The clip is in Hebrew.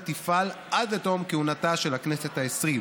תפעל עד לתום כהונתה של הכנסת העשרים.